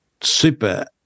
super